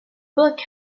book